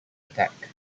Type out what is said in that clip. attack